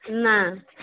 ନା